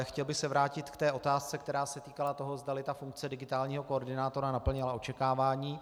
Chtěl bych se vrátit k otázce, která se týkala toho, zdali funkce digitálního koordinátora naplnila očekávání.